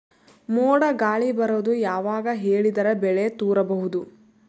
ಮೋಡ ಗಾಳಿ ಬರೋದು ಯಾವಾಗ ಹೇಳಿದರ ಬೆಳೆ ತುರಬಹುದು?